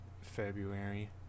February